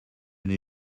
n’ai